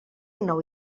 nou